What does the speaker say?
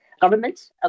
government